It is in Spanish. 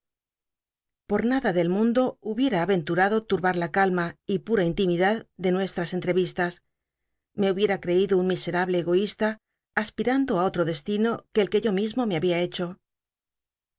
por nada del mundo hubiera aventulado tulbar la calma y pura intimidad de nuest tas enllevistas me hubiera crcido un misemble egoísta aspirando á otro destino que el que yo mismo me habia hecho